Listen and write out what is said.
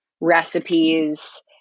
recipes